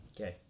Okay